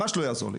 ממש לא יעזור לי.